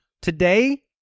today